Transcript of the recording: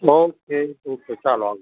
okay okay okay ચાલો આવજો